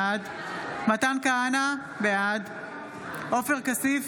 בעד מתן כהנא, בעד עופר כסיף,